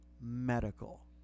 medical